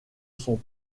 son